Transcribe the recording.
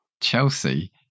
Chelsea